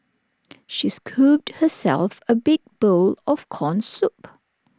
she scooped herself A big bowl of Corn Soup